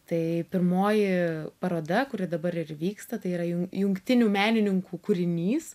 tai pirmoji paroda kuri dabar ir vyksta tai yra jungtinių menininkų kūrinys